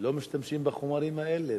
לא משתמשים בחומרים האלה.